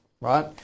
right